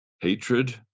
hatred